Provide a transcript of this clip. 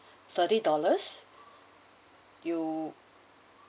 thirty dollars you